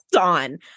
on